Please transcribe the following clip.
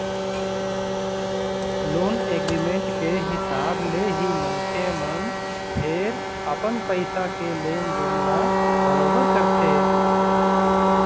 loan agreement के हिसाब ले ही मनखे मन फेर अपन पइसा के लेन देन ल बरोबर करथे